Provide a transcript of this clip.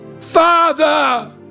Father